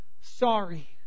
sorry